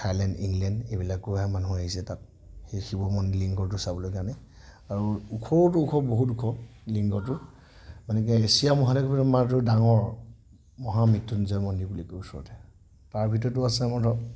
Thailand England এইবিলাকৰ মানুহো আহিছে তাত সেই শিৱ মন্দি লিংগটো চাবলৈ কাৰণে আৰু ওখওটো ওখ বহুত ওখ লিংগটো এনেকৈ এছিয়াৰ মহাদেশৰ আমাৰটো ডাঙৰ মহামৃত্যুঞ্জয় মন্দিৰ বুলি কয় ওচৰতে তাৰ ভিতৰতো আছে আমাৰ ধৰ